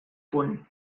punt